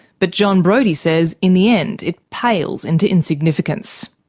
but jon brodie says, in the end it pales into insignificance.